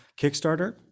Kickstarter